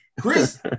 Chris